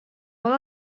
all